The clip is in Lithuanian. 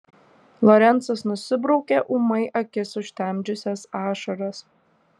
lorencas nusibraukė ūmai akis užtemdžiusias ašaras